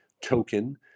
token